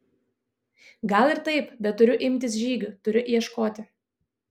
gal ir taip bet turiu imtis žygių turiu ieškoti